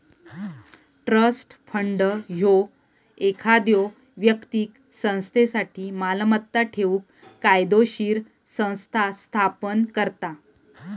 trust fund ह्यो एखाद्यो व्यक्तीक संस्थेसाठी मालमत्ता ठेवूक कायदोशीर संस्था स्थापन करता